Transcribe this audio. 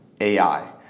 AI